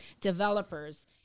developers